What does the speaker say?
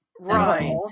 Right